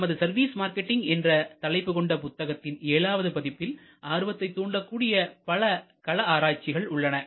நமது service marketing என்ற தலைப்பு கொண்ட புத்தகத்தில் ஏழாவது பதிப்பில் ஆர்வத்தை தூண்டக்கூடிய பல கள ஆராய்ச்சிகள் உள்ளன